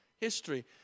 history